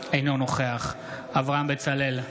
אינו נוכח אברהם בצלאל,